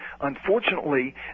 unfortunately